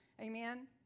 Amen